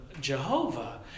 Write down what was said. Jehovah